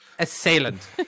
assailant